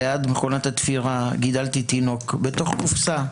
ליד מכונת התפירה גידלתי תינוק בתוך קופסה בלול,